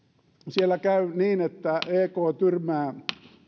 siellä käy niin että ek tyrmää